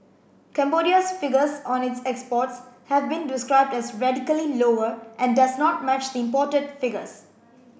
Cambodia's figures on its exports have been described as radically lower and does not match the imported figures